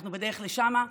אנחנו בדרך לשם.